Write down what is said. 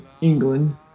England